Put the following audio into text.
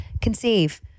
conceive